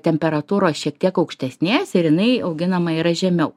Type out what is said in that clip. temperatūros šiek tiek aukštesnės ir jinai auginama yra žemiau